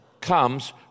comes